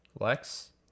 Lex